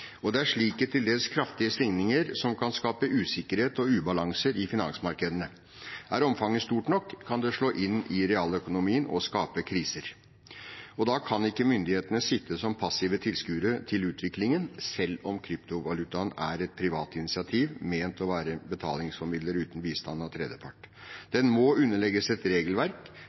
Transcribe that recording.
Det er slike til dels kraftige svingninger som kan skape usikkerhet og ubalanser i finansmarkedene. Er omfanget stort nok, kan det slå inn i realøkonomien og skape kriser. Da kan ikke myndighetene sitte som passive tilskuere til utviklingen, selv om kryptovalutaen er et privat initiativ, ment å være betalingsformidlinger uten bistand av tredjepart. Den må underlegges et regelverk